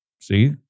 See